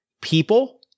people